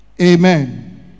Amen